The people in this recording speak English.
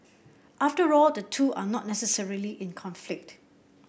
after all the two are not necessarily in conflict